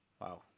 wow